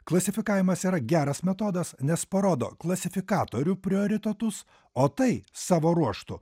klasifikavimas yra geras metodas nes parodo klasifikatorių prioritetus o tai savo ruožtu